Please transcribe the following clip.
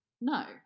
No